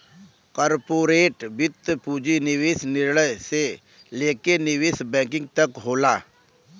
corporate वित्त पूंजी निवेश निर्णय से लेके निवेश बैंकिंग तक होला